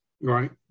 Right